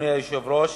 אדוני היושב-ראש,